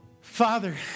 Father